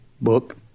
book